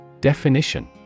Definition